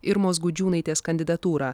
irmos gudžiūnaitės kandidatūrą